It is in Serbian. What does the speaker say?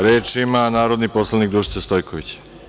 Reč ima narodni poslanik Dušica Stojković.